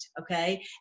okay